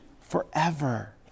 forever